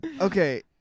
Okay